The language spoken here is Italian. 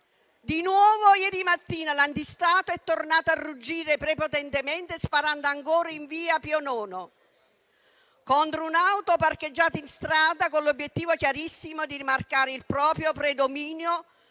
Di nuovo ieri mattina l'antistato è tornato a ruggire prepotentemente, sparando ancora in via Pio IX contro un'auto parcheggiata in strada, con l'obiettivo chiarissimo di rimarcare il proprio predominio